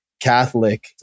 Catholic